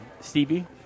Stevie